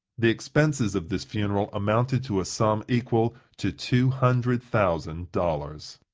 the expenses of this funeral amounted to a sum equal to two hundred thousand dollars.